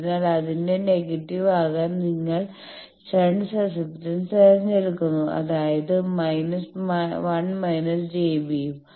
അതിനാൽ അതിന്റെ നെഗറ്റീവ് ആകാൻ നിങ്ങൾ ഷണ്ട് സപ്സെപ്റ്റൻസ് തിരഞ്ഞെടുക്കുന്നു അതായത് മൈനസ് 1− j B ഉം